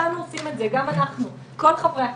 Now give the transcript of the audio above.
עושים את זה, כל חברי הכנסת.